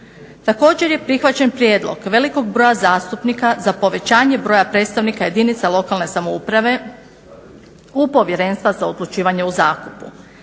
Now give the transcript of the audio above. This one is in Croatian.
Također je prihvaćen prijedlog velikog broja zastupnika za povećanje broja predstavnika jedinica lokalne samouprave u Povjerenstva za odlučivanje o zakupu.